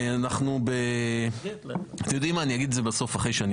אני לא מאמין לך.